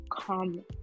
come